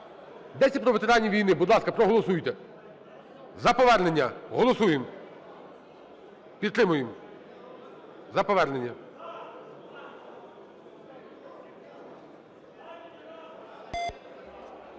Йдеться про ветеранів війни, будь ласка, проголосуйте. За повернення, голосуємо. Підтримуємо. За повернення.